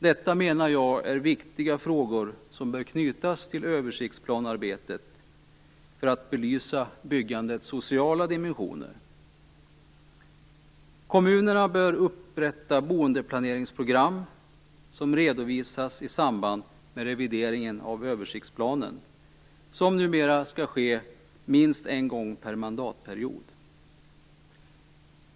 Detta menar jag är viktiga frågor som bör knytas till översiktsplanarbetet för att belysa byggandets sociala dimensioner. Kommunerna bör upprätta boendeplaneringsprogram som redovisas i samband med revideringen av översiktsplanen, vilket numera skall ske minst en gång per mandatperiod.